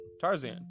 Tarzan